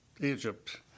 Egypt